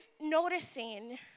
noticing